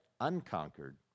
unconquered